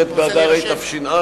ח' באדר התש"ע,